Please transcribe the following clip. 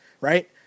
right